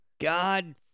God